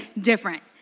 different